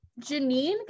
Janine